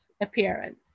appearance